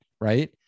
Right